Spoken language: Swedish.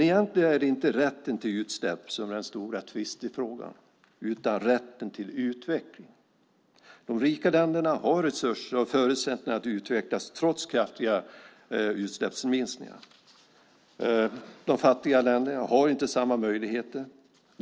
Egentligen är det inte rätten till utsläpp som är den stora tvistefrågan utan rätten till utveckling. De rika länderna har resurser och förutsättningar att utvecklas trots kraftiga utsläppsminskningar. De fattiga länderna har inte samma möjligheter.